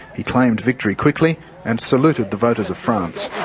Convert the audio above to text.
he claimed victory quickly and saluted the voters of france.